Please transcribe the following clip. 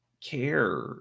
care